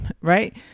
right